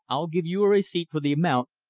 i'll give you a receipt for the amount,